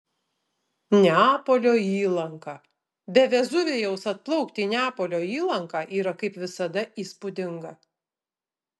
neapolio įlanka be vezuvijaus atplaukti į neapolio įlanką yra kaip visada įspūdinga